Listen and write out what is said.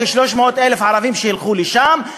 כ-300,000 ערבים שילכו לשם.